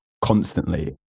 constantly